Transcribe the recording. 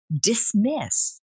dismiss